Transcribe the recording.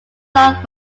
son